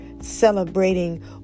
celebrating